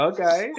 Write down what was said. Okay